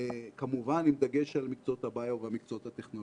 עם דגש על מקצועות הביו ועל המקצועות הטכנולוגיים.